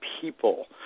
people